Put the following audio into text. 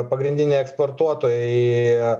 pagrindiniai eksportuotojai